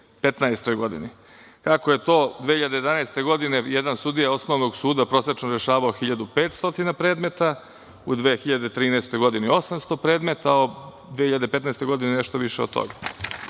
2015. godine. Kako je to 2011. godine jedan sudija osnovnog suda prosečno rešavao 1500 predmeta, u 2013. godini 800 predmeta, a u 2015. godini nešto više od toga. Onda